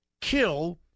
kill